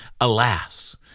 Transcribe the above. alas